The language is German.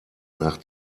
nach